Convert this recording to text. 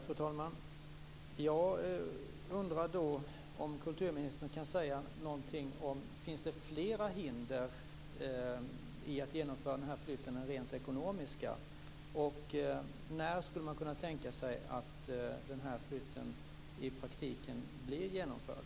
Fru talman! Jag undrar om kulturministern kan säga någonting om ifall det finns flera hinder mot att genomföra flytten än rent ekonomiska. När kan man tänka sig att den i praktiken blir genomförd?